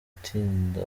atinda